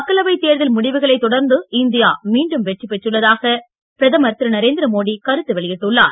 மக்களவை தேர்தல் முடிவுகளைத் தொடர்ந்து இந்தியா மீண்டும் வெற்றி பெற்றுள்ளதாக பிரதமர் திரு நரேந்திரமோடி கருத்து வெளியிட்டுள்ளார்